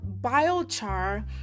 biochar